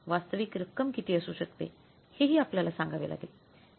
वास्तविक रक्कम किती असू शकते हे ही आपल्याला सांगावे लागेल